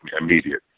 immediate